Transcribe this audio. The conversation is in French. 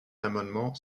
amendement